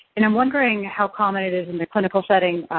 and i'm wondering how common it is in the clinical setting,